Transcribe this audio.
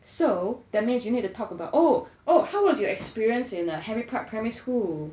so that means you need to talk about oh oh how was your experience in uh henry park primary school